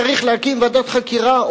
צריך להקים ועדת חקירה,